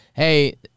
Hey